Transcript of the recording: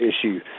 issue